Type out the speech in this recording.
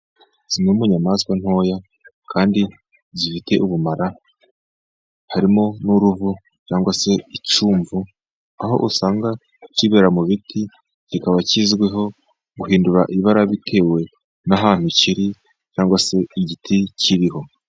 Zimwe mu nyamaswa nto kandi zifite ubumara harimo n'uruvu cyangwa se icyumvu, aho usanga kibera mu biti kikaba kizwiho guhindura ibara bitewe n'ahantu kiri cyangwa se igiti kiriho.